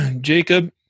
Jacob